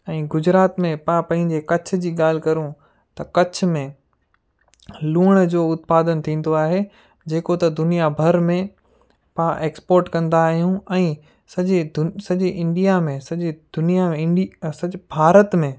ऐं गुजरात में पाण पंहिंजे कच्छ जी ॻाल्हि करुं त कच्छ में लूण जो उत्पादन थींदो आहे जेको त दुनिया भर में पाण एक्सपोर्ट कंदा आहियूं ऐं सॼे दु सॼी इंडिया में सॼी दुनिया इं में सॼे भारत में